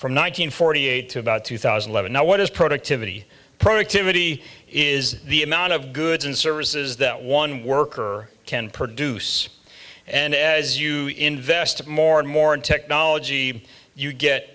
from nine hundred forty eight to about two thousand level now what is productivity productivity is the amount of goods and services that one worker can produce and as you invest more and more in technology you get